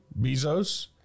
Bezos